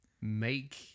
make